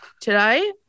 today